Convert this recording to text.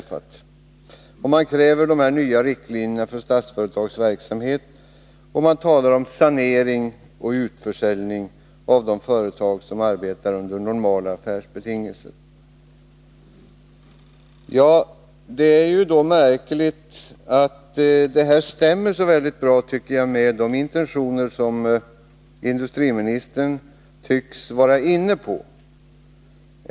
Förutom att man kräver dessa nya riktlinjer för Statsföretags verksamhet talar man om sanering och utförsäljning av de företag som arbetar under normala affärsbetingelser. Det är då märkligt att detta stämmer så bra med de intentioner som industriministern tycks ha.